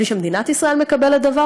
בלי שמדינת ישראל מקבלת דבר.